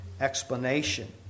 explanation